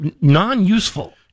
non-useful